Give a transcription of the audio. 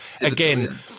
again